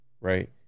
right